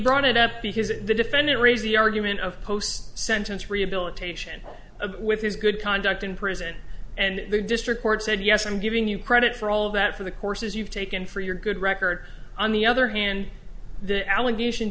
brought it up because the defendant raised the argument of posts sentence rehabilitation of with his good conduct in prison and the district court said yes i'm giving you credit for all that for the courses you've taken for your good record on the other hand the allegations